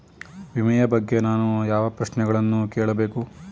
ವಿಮೆಯ ಬಗ್ಗೆ ನಾನು ಯಾವ ಪ್ರಶ್ನೆಗಳನ್ನು ಕೇಳಬೇಕು?